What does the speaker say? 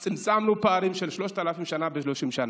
צמצמנו פערים של 3,000 שנה ב-30 שנה.